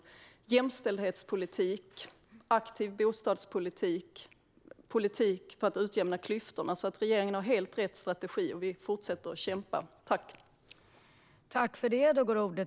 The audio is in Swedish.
Det handlar också om jämställdhetspolitik, aktiv bostadspolitik och politik för att utjämna klyftorna. Regeringen har helt rätt strategi, och vi fortsätter att kämpa.